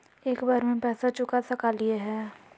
एक बार में पैसा चुका सकालिए है?